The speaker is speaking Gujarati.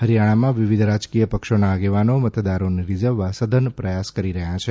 હરિયાણામાં વિવિધ રાજકીય પક્ષોના આગેવાનો મતદારોને રિઝવવા સઘન પ્રયાસ કરી રહ્યા છે